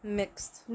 mixed